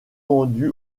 vendu